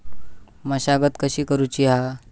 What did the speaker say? मशागत कशी करूची हा?